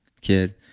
kid